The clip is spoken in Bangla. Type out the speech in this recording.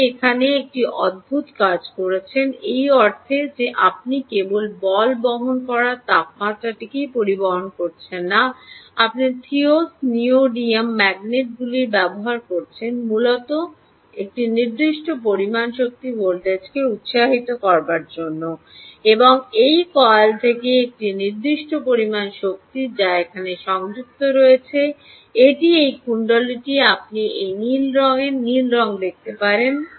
আপনি এখানে একটি অদ্ভুত কাজ করছেন এই অর্থে যে আপনি কেবল বল বহন করার তাপমাত্রাটিই পরিমাপ করছেন না আপনি থিয়োস নিউওডিয়াম ম্যাগনেটগুলিও ব্যবহার করছেন মূলত একটি নির্দিষ্ট পরিমাণ শক্তি ভোল্টেজ উত্সাহিত করার জন্য এবং এই কয়েল থেকে একটি নির্দিষ্ট পরিমাণ শক্তি যা এখানে সংযুক্ত রয়েছে এটি এই কুণ্ডলীটি আপনি এই নীল রঙের নীল রঙ দেখতে পারেন